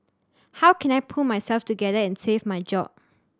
how can I pull myself together and save my job